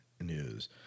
news